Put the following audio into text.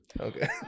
Okay